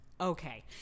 Okay